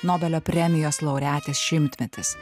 nobelio premijos laureatės šimtmetis